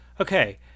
okay